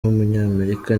w’umunyamerika